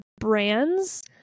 brands